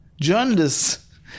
journalists